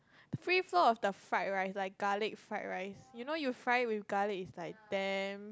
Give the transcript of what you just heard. free flow of the fried rice like garlic fried rice you know you fry with garlic it's like damn